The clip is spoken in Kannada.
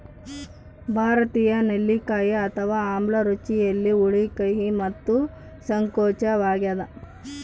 ಭಾರತೀಯ ನೆಲ್ಲಿಕಾಯಿ ಅಥವಾ ಆಮ್ಲ ರುಚಿಯಲ್ಲಿ ಹುಳಿ ಕಹಿ ಮತ್ತು ಸಂಕೋಚವಾಗ್ಯದ